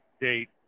date